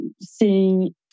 seeing